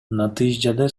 натыйжада